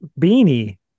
beanie